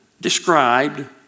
described